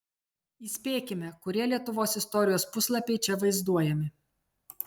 įspėkime kurie lietuvos istorijos puslapiai čia vaizduojami